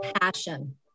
passion